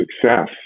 success